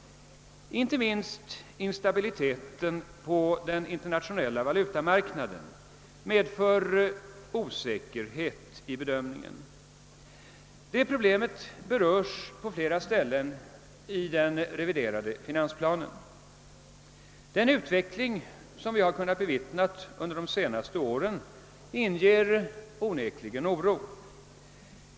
Inte minst instabiliteten på den internationella valutamarknaden medför osäkerhet i bedömningen. Detta problem berörs på flera ställen i den reviderade finansplanen. Den utveckling som vi kunnat bevittna under de senaste åren inger onek ligen oro.